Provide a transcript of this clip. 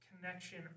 connection